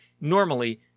Normally